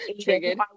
triggered